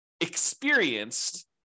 experienced